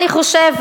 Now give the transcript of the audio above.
אני חושבת,